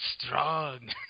strong